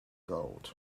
gold